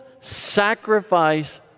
sacrifice